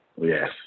Yes